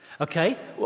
Okay